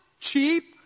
cheap